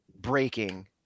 breaking